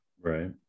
Right